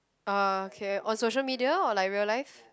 uh okay on social media or like real life